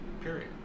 Period